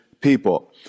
people